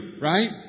right